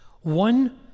one